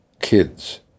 kids